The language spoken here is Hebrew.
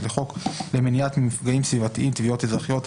לחוק למניעת מפגעים סביבתיים (תביעות אזרחיות),